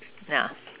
yeah